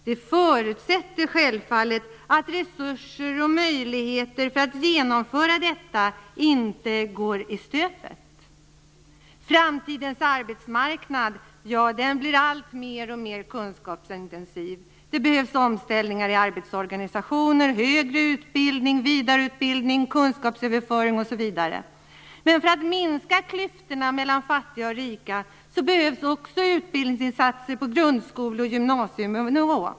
Det förutsätter självfallet att resurser och möjligheter för att genomföra detta inte går i stöpet. Framtidens arbetsmarknad blir mer och mer kunskapsintensiv. Det behövs omställningar i arbetsorganisationer, högre utbildning, vidareutbildning, kunskapsöverföring osv. Men för att minska klyftorna mellan fattiga och rika behövs också utbildningsinsatser på gundskoleoch gymnasienivå.